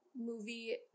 movie